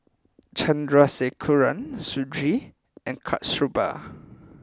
Chandrasekaran Sudhir and Kasturba